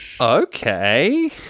Okay